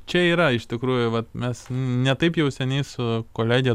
čia yra iš tikrųjų vat mes ne taip jau seniai su kolege